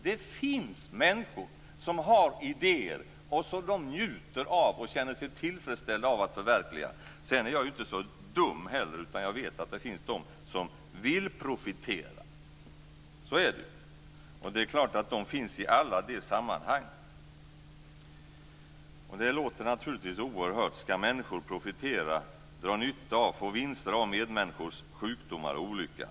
Det finns människor som har idéer som de njuter av och känner sig tillfredsställda av att förverkliga. Jag är inte så dum att jag inte vet att det finns de som vill profitera och att de finns i alla sammanhang. Det låter också oerhört i detta sammanhang - ska människor profitera på, dra nytta av och få vinster av medmänniskors sjukdomar och olycka?